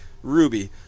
Ruby